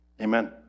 Amen